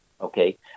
okay